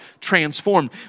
transformed